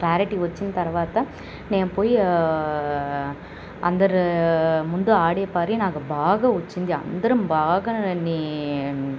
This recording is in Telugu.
క్లారిటీ వచ్చిన తర్వాత నేను పోయా అందరు ముందు ఆడిపాడి నాకు బాగా వచ్చింది అందరం బాగా నీ